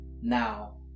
Now